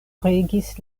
regis